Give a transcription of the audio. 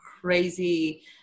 crazy